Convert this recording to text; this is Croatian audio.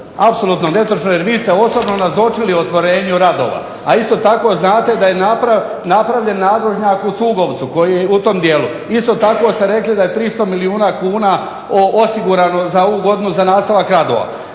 apsolutno netočno jer vi ste osobno nazočili otvorenju radova, a isto tako znate da je napravljen nadvožnjak u Sugovcu koji je u tom dijelu. Isto tako ste rekli da je 300 milijuna kuna osigurano za ovu godinu za nastavak radova.